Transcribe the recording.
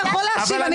--- בא מהראש ולא מהלב.